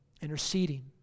Interceding